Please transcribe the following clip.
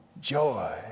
joy